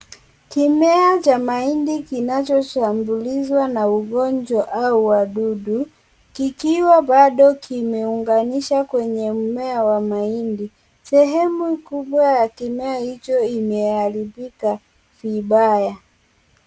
KImea cha mahindi kilichoshambuliwa na ugonjwa, au wadudu. Kikiwa bado kimeunganishwa kwenye mmea wa mahindi. Sehemu kubwa ya kimea hicho imeharibika vibaya.